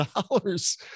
dollars